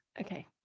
okay